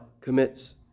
commits